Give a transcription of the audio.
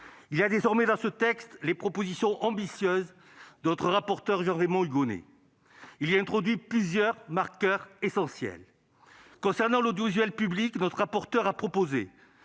désormais dans ce texte des propositions ambitieuses de notre rapporteur Jean-Raymond Hugonet, qui y a introduit plusieurs marqueurs essentiels. Concernant l'audiovisuel public, notre rapporteur a proposé